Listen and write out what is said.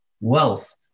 wealth